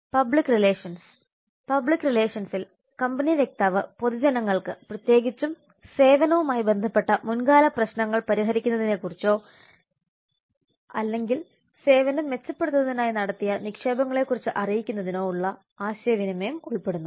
public relations public റിലേഷൻസിൽ company വക്താവ് പൊതുജനങ്ങൾക്ക് പ്രത്യേകിച്ചും സേവനവുമായി ബന്ധപ്പെട്ട മുൻകാല പ്രശ്നങ്ങൾ പരിഹരിക്കുന്നതിനെക്കുറിച്ചോ അല്ലെങ്കിൽ സേവനം മെച്ചപ്പെടുത്തുന്നതിനായി നടത്തിയ നിക്ഷേപങ്ങളെക്കുറിച്ച് അറിയിക്കുന്നതിനോ ഉള്ള ആശയവിനിമയം ഉൾപ്പെടുന്നു